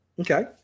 Okay